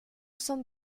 son